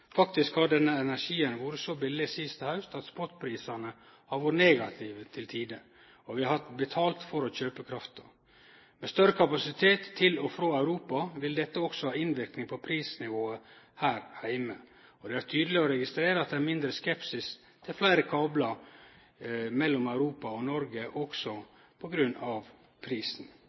Faktisk har denne energien vore så billig sist haust at spotprisane har vore negative til tider, og vi har betalt for å kjøpe krafta. Med større kapasitet til og frå Europa vil dette også ha innverknad på prisnivået her heime, og det er tydeleg å registrere at det er mindre skepsis til fleire kablar mellom Europa og Noreg også på grunn av prisen.